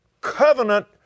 covenant